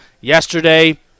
yesterday